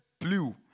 blue